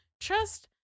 trust